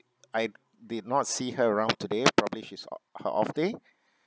I did not see her around today probably she's o~ her off day